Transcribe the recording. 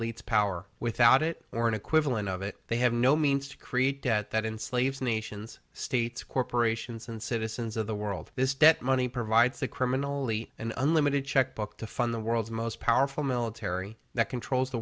eats power without it or an equivalent of it they have no means to create debt that enslaves nations states corporations and citizens of the world this debt money provides the criminally an unlimited checkbook to fund the world's most powerful military that controls the